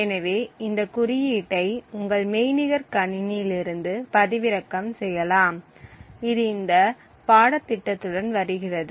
எனவே இந்த குறியீட்டை உங்கள் மெய்நிகர் கணினியிலிருந்து பதிவிறக்கம் செய்யலாம் இது இந்த பாடத்திட்டத்துடன் வருகிறது